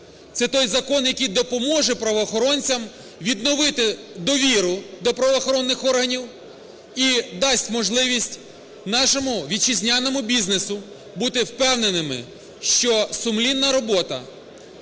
це той закон, який допоможе правоохоронцям відновити довіру до правоохоронних органів і дасть можливість нашому вітчизняному бізнесу бути впевненими, що сумлінна робота.